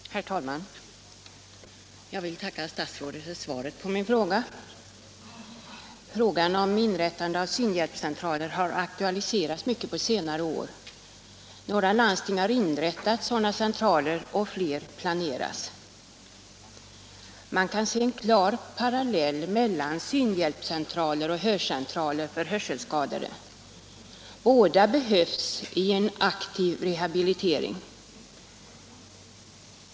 Herr talman! Jag vill tacka statsrådet för svaret på min fråga. Frågan om inrättande av synhjälpscentraler har aktualiserats mycket på senare år. Några landsting har inrättat sådana centraler, och fler planeras. Man kan se en klar parallell mellan synhjälpscentraler och hörcentraler för hörselskadade. Båda slagen behövs i en aktiv rehabilitering.